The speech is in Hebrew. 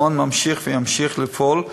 המעון ממשיך וימשיך לפעול,